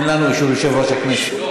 אין לנו אישור מיושב-ראש הכנסת.